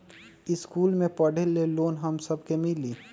इश्कुल मे पढे ले लोन हम सब के मिली?